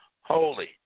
holy